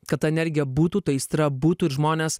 kad ta energija būtų ta aistra būtų ir žmonės